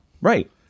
Right